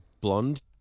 blonde